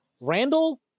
Randall